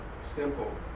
simple